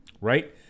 right